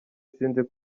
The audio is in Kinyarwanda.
sinzi